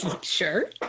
Sure